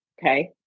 Okay